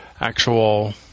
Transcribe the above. actual